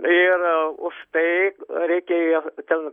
ir už tai reikėjo ten